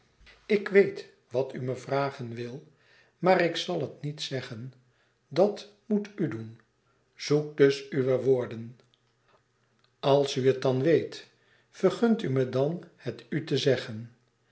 ik weet wat u me vragen wil maar ik zal het niet zeggen dat moet u doen zek dus uw woorden als u het dan weet vergunt u me dan het u te zeggen